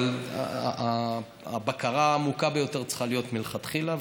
אבל הבקרה העמוקה ביותר צריכה להיות מלכתחילה.